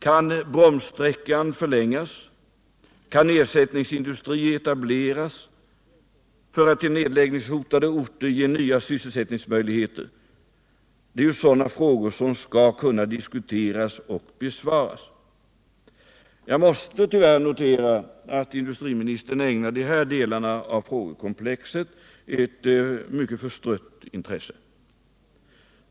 Kan bromssträckan förlängas? Kan ersättningsindustri etableras för att ge orter med nedläggningshotade företag nya sysselsättningsmöjligheter? Jag måste tyvärr notera att industriministern ägnar de här delarna av frågekomplexet ett mycket förstrött intresse.